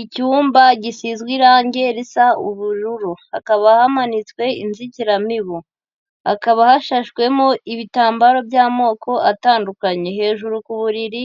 Icyumba gisizwe irangi risa ubururu, hakaba hamanitswe inzitiramibu, hakaba hashashwemo ibitambaro by'amoko atandukanye, hejuru ku buriri